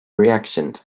reactions